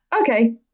Okay